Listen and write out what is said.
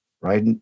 right